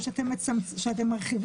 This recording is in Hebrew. חבר הכנסת פינדרוס, שמעתי מה אמרת.